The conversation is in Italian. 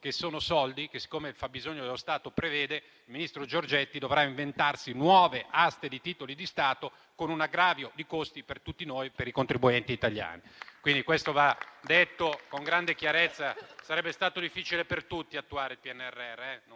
ai quali, siccome il fabbisogno dello Stato li prevede, il ministro Giorgetti dovrà inventarsi nuove aste di titoli di Stato, con un aggravio di costi per tutti noi, per i contribuenti italiani.